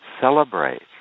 celebrate